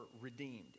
redeemed